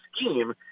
scheme